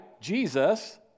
Jesus